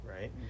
right